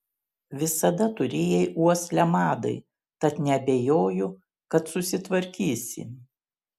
visada turėjai uoslę madai tad neabejoju kad susitvarkysi